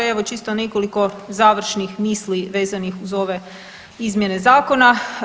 Evo, čisto nekoliko završnih misli vezanih uz ove izmjene zakona.